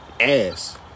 ass